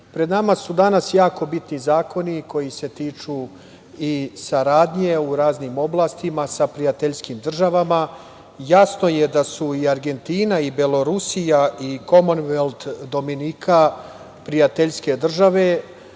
pred nama su danas jako bitni zakoni koji se tiču i saradnje u raznim oblastima sa prijateljskim državama. Jasno je da su i Argentina i Belorusija i Komonvelt Dominika prijateljske države,